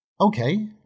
Okay